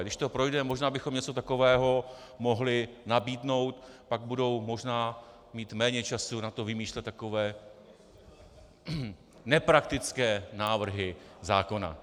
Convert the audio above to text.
Když to projde, možná bychom něco takového mohli nabídnout, pak budou možná mít méně času na to vymýšlet takové nepraktické návrhy zákona.